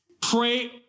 pray